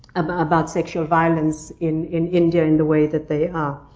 about sexual violence in in india in the way that they are.